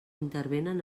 intervenen